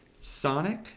Sonic